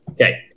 Okay